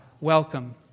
welcome